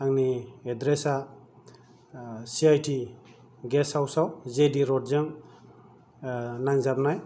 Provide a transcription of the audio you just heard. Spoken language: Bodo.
आंनि एडरेस आ सिआइटि गेस्ट हाउस आव जेडि रड जों नांजाबनाय